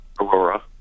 Aurora